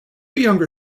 younger